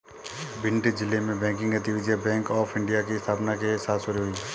भिंड जिले में बैंकिंग गतिविधियां बैंक ऑफ़ इंडिया की स्थापना के साथ शुरू हुई